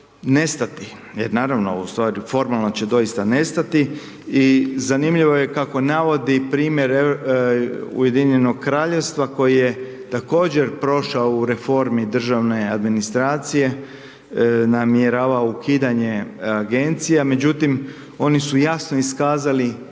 nestati jer naravno, formalno će doista nestati i zanimljivo je kako navodi primjer UK koje također prošao u reformi državne administracije namjerava ukidanje agencija, međutim oni su jasno iskazali